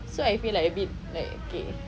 so I feel like a bit like okay